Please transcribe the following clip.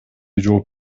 жооп